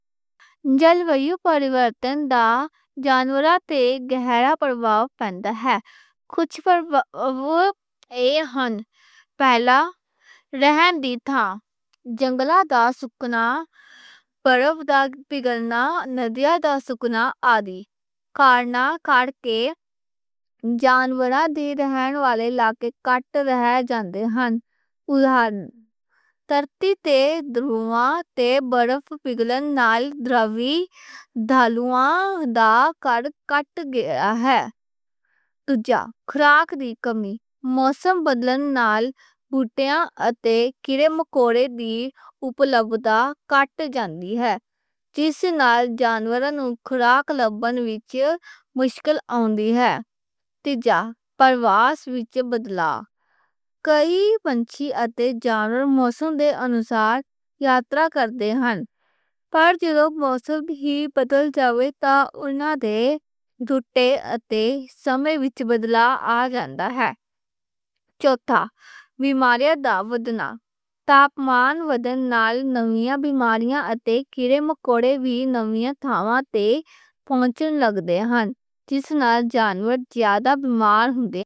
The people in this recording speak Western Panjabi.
موسمیاتی تبدیلی دا جانوراں تے گہرا اثر پہن دا ہے۔ کجھ اثرات ایہ ہن۔ پہلا، رہن دی تھاں، جنگلاں دا سوکنا، برف دا پگھلنا، ندیاں دا سوکنا آدی۔ کارناں کرکے جانوراں دے رہن والے علاقے کٹ وہّا جان دے ہن۔ ادھارن طور تے درجہ حرارت تے برف پگھلن نال دریائی دھاریاں دا کڈ کٹ گیا ہے۔ خوراک دی کمی، موسم بدل نال بوٹیاں اتے کیڑے مکوڑے وی اوہو ہی ہن۔ جس نال جانوراں نوں خوراک لبھن وچ مشکل آؤندی ہے۔ پروان وچ بدلاو، کئی پنچھی اتے جانور موسم دے انسار یاترا کردے ہن۔ پر جدوں موسم وی بدل جاوے تاں اوہناں دے رُٹے اتے سمے وچ بدلا آ جاندا ہے۔ چوتھا، بیماریاں دا ودھنا، تاپمان بدل نال نویاں بیماریاں اتے کیڑے مکوڑے وی نویاں تھاواں تے پہنچن لگ دے ہن۔ جس نال جانور زیادہ بیمار ہوندے۔